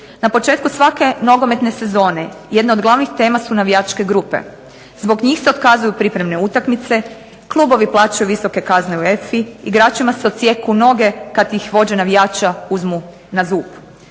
Na početku svake nogometne sezone jedna od glavnih tema su navijačke grupe. Zbog njih se otkazuju pripremne utakmice, klubovi plaćaju visoke kazne UEFA-i, igračima se odsjeku noge kad ih vođe navijača uzmu na zub.